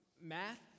math